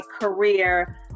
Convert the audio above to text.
career